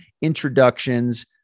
introductions